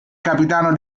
capitano